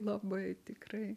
labai tikrai